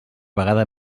vegada